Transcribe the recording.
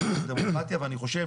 אני חושב,